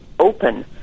open